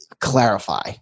clarify